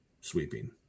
sweeping